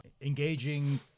Engaging